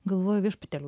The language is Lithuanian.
galvoju viešpatėliau